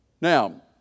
Now